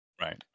Right